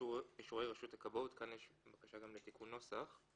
לפי אישורי רשות הכבאות"." כאן יש בקשה לתיקון נוסח.